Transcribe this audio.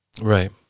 Right